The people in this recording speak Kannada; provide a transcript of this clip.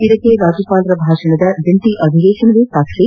ಇದಕ್ಕೆ ರಾಜ್ಯಪಾಲರ ಭಾಷಣದ ಜಂಟಿ ಅಧಿವೇಶನವೇ ಸಾಕ್ಷಿ